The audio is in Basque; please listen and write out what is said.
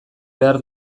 behar